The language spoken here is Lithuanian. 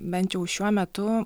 bent jau šiuo metu